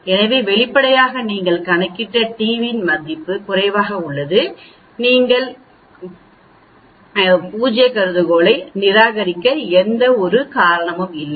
எனவே வெளிப்படையாக நீங்கள் கணக்கிட்ட t மிகவும் குறைவாக உள்ளது எனவே நீங்கள் பூஜ்ய கருதுகோளை நிராகரிக்க எந்த காரணமும் இல்லை